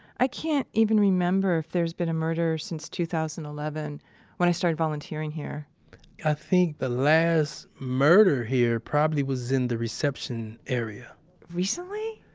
i can't even remember if there's been a murder since two thousand and eleven when i started volunteering here i think the last murder here probably was in the reception area recently?